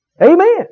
Amen